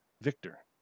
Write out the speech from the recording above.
Victor